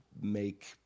make